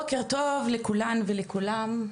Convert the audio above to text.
בוקר טוב לכולן ולכולם.